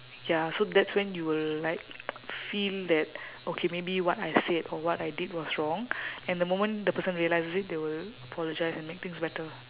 ya so that's when you will like feel that okay maybe what I said or what I did was wrong and the moment the person realises it they will apologise and make things better